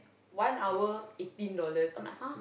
one hour eighteen dollars I am like !huh!